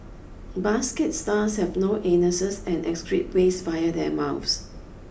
basket stars have no anuses and excrete waste via their mouth